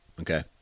Okay